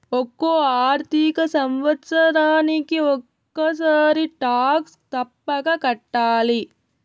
ఒక్కో ఆర్థిక సంవత్సరానికి ఒక్కసారి టాక్స్ తప్పక కట్టాలి